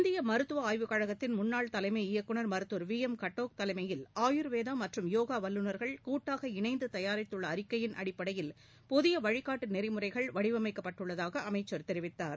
இந்திய மருத்துவ ஆய்வு கழகத்தின் முன்னாள் தலைமை இயக்குநர் மருத்துவர் வி எம் கடோக் தலைமையில் ஆயுர்வேத மற்றும் யோகா வல்லுநர்கள் கூட்டாக இணைந்து தயாரித்துள்ள அறிக்கையின் அடிப்படையில் புதிய வழிகாட்டு நெறிமுறைகள் வடிவமைக்கப்பட்டுள்ளதாக அமைச்சர் தெரிவித்தார்